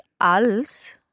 als